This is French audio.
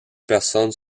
personnes